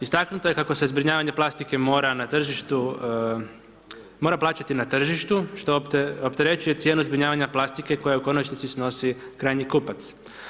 Istaknuto je kako se zbrinjavanje plastike mora na tržištu, mora plaćati na tržištu, što opterećuje cijenu zbrinjavanja plastike koju u konačnici snosi krajnji kupac.